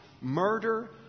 murder